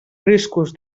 riscos